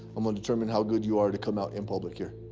i'm gonna determine how good you are to come out in public here.